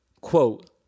quote